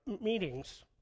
meetings